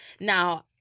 now